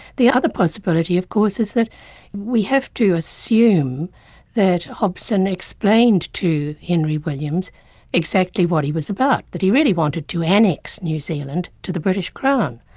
the and other possibility of course is that we have to assume that hobson explained to henry williams exactly what he was about, that he really wanted to and annexe new zealand to the british crown,